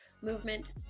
movement